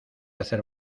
hacer